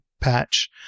patch